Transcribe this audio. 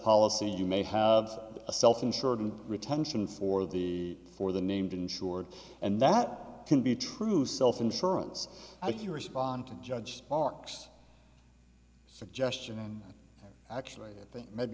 policy you may have a self insured retention for the for the named insured and that can be true self insurance i can respond to judge parks suggestion and actually think maybe